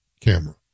camera